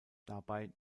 dabei